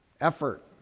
effort